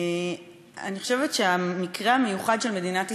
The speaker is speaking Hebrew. אני חושבת שהמקרה המיוחד של מדינת ישראל,